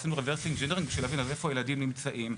עשינו Reversing Gathering בשביל להבין איפה הילדים נמצאים.